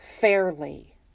fairly